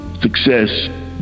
success